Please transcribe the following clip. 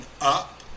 up